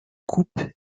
coupe